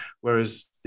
Whereas